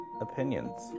opinions